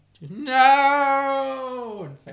no